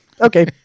Okay